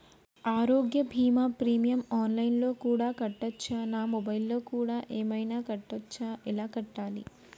ఆరోగ్య బీమా premium online లో కూడా కట్టచ్చా? నా మొబైల్లో కూడా ఏమైనా కట్టొచ్చా? ఎలా కట్టాలి?